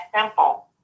simple